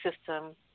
system